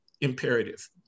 imperative